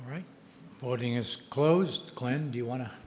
right voting is closed glenn do you want to